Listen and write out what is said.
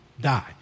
die